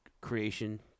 creation